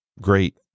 great